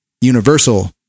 universal